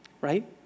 right